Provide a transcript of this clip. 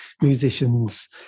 musicians